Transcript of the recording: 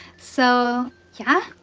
so, yeah.